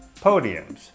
podiums